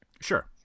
Sure